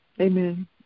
Amen